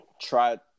try